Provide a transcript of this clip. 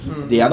mm